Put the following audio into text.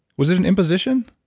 was it an imposition?